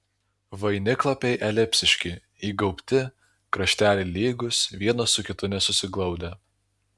vainiklapiai elipsiški įgaubti krašteliai lygūs vienas su kitu nesusiglaudę